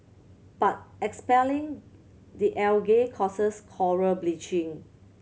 but expelling the algae causes coral bleaching